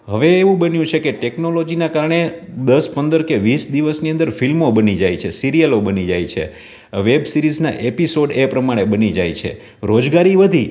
હવે એવું બન્યું છે કે ટેકનોલોજીનાં કારણે દસ પંદર કે વીસ દિવસની અંદર ફિલ્મો બની જાય છે સિરિયલો બની જાય છે વેબ સિરીઝનાં એપિસોડ એ પ્રમાણે બની જાય છે રોજગારી વધી